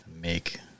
make